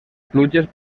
pluges